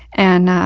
and,